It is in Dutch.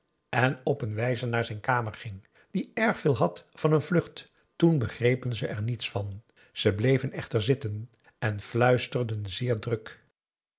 en op een wijze naar zijn kamer ging die erg veel had van een vlucht toen begrepen ze er niets van ze bleven echter zitten en fluisterden zeer druk